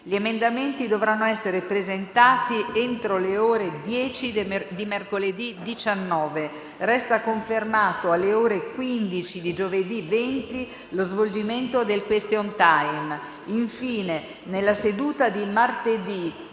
Gli emendamenti dovranno essere presentati entro le ore 10 di mercoledì 19. Resta confermato alle ore 15 di giovedì 20 lo svolgimento del *question time*. Infine, nella seduta di martedì 2